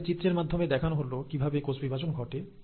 এখানে চিত্রের মাধ্যমে দেখানো হল কিভাবে কোষ বিভাজন ঘটে